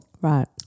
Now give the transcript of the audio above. Right